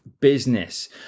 business